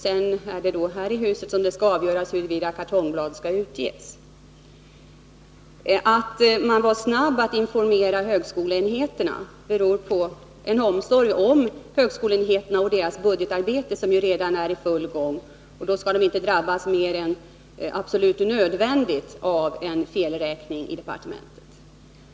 Sedan är det här i huset som det skall avgöras huruvida kartongblad skall utges. Att man var snabb med att informera högskoleenheterna beror på en omsorg om högskoleenheterna och deras budgetarbete, som redan är i full gång. Då skall de inte drabbas mer än vad som är absolut nödvändigt av en felräkning i departementet.